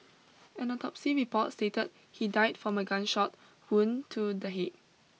an autopsy report stated he died from a gunshot wound to the head